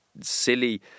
silly